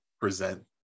present